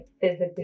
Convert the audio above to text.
physically